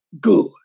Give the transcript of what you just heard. good